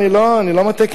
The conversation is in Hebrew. אני לא מטעה,